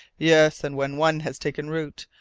yes, and when one has taken root,